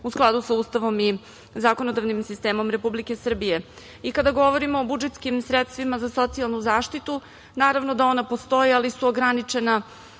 u skladu sa Ustavom i zakonodavnim sistemom Republike Srbije. Kada govorimo o budžetskim sredstvima za socijalnu zaštitu, naravno da ona postoje, ali su ograničena